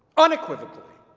unequivocally.